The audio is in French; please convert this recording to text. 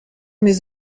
mes